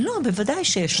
בוודאי שיש מגבלה.